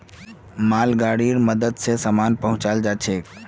मालगाड़ीर मदद स सामान पहुचाल जाछेक